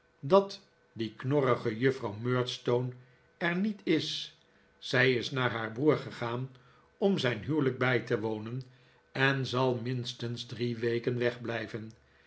dat die knorrige juffrouw murdstone er niet is zij is naar haar broer gegaan om zijn huwelijk bij te wonen en zal minstens drie weken